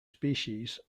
species